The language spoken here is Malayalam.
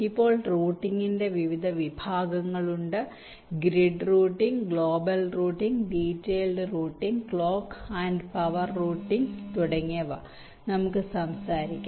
ഇപ്പോൾ റൂട്ടിംഗിന്റെ വിവിധ വിഭാഗങ്ങളുണ്ട് grid routing global routing detailed routing clock and power routing തുടങ്ങിയവ നമുക്ക് സംസാരിക്കാം